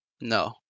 No